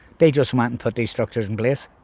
they just went and put the structures in place.